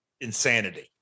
insanity